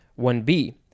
1B